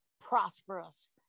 prosperous